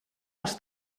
als